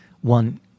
One